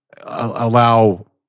allow